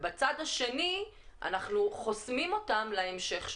ובצד השני אנחנו חוסמים אותם להמשך שלהם.